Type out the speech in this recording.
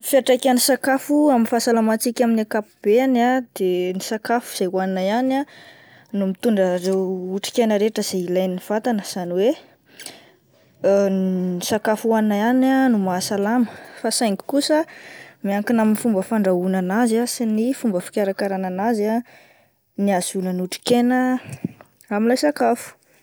Fiatraikan'ny sakafo amin'ny fahasalamantsika amin'ny ankapobeany ah de ny sakafo izay hoanina ihany no mitondra ireo otrik'aina rehetra izayilain'ny vatana izany hoe ny sakafo hoanina ihany no maha salama fa saingy kosa miankina amin'ny fomba fandrahoana an'azy ah sy ny fomba fikarakarana an'azy ah ny ahazoana ny otrik'aina amin'ilay sakafo.